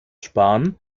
sparen